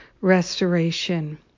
restoration